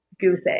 goose